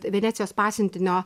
venecijos pasiuntinio